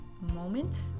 moment